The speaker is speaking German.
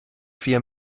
vier